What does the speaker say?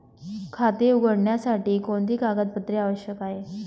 खाते उघडण्यासाठी कोणती कागदपत्रे आवश्यक आहे?